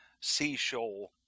Seashore